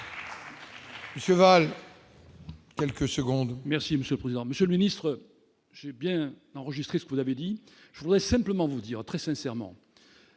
Merci. Quelques secondes, merci Monsieur le président, Monsieur le ministre, j'ai bien enregistrer ce que vous avez dit je voudrais simplement vous dire très sincèrement,